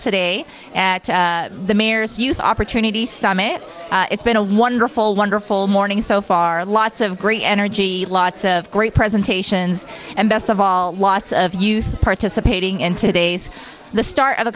today at the mayor's youth opportunity summit it's been a wonderful wonderful morning so far lots of great energy lots of great presentations and best of all lots of use participating in today's the start of